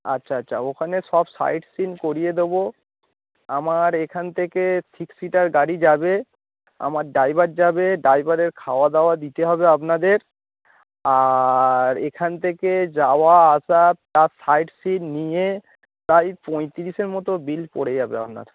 আচ্ছা আচ্ছা ওখানে সব সাইটসিন করিয়ে দোবো আমার এখান থেকে সিক্স সিটার গাড়ি যাবে আমার ড্রাইভার যাবে ড্রাইভারের খাওয়া দাওয়া দিতে হবে আপনাদের আর এখান থেকে যাওয়া আসা প্লাস সাইটসিন নিয়ে প্রায় পঁয়তিরিশের মতো বিল পড়ে যাবে আপনার